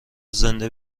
زنده